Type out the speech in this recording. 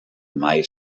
mai